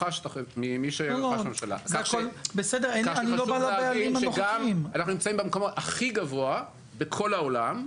אנחנו נמצא במקום הכי גבוה בכל העולם.